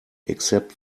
except